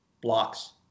blocks